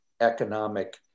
economic